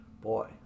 Boy